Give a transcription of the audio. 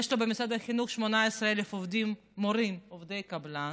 יש לו במשרד החינוך 18,000 מורים עובדי קבלן,